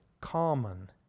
common